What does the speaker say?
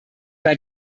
bei